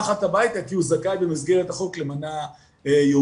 אחת הביתה כי הוא זכאי במסגרת החוק למנה יומית,